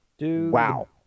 wow